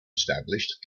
established